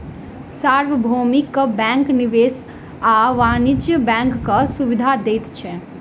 सार्वभौमिक बैंक निवेश आ वाणिज्य बैंकक सुविधा दैत अछि